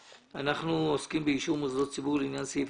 אנחנו עוסקים באישור מוסדות ציבור לעניין סעיף